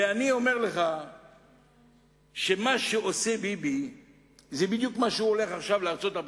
אני אומר לך שמה שעושה ביבי זה בדיוק מה שהוא עושה עכשיו בארצות-הברית: